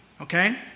Okay